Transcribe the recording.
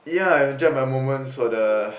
yeah I enjoyed my moments for the